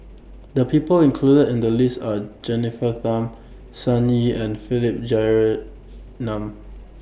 The People included in The list Are Jennifer Tham Sun Yee and Philip Jeyaretnam